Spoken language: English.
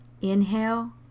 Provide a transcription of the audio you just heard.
Inhale